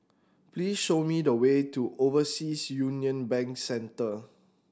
please show me the way to Overseas Union Bank Centre